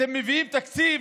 אתם מביאים תקציב